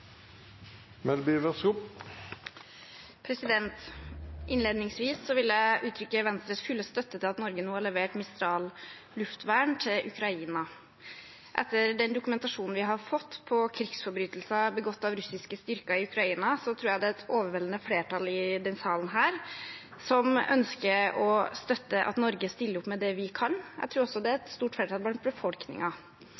Innledningsvis vil jeg uttrykke Venstres fulle støtte til at Norge nå har levert Mistral luftvern til Ukraina. Etter den dokumentasjonen vi har fått på krigsforbrytelser begått av russiske styrker i Ukraina, tror jeg det er et overveldende flertall i denne salen som ønsker å støtte at Norge stiller opp med det vi kan. Jeg tror også det er